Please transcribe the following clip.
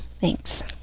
Thanks